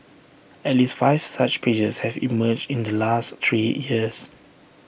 at least five such pages have emerged in the last three years